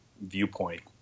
viewpoint